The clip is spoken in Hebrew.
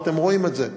ואתם רואים את זה.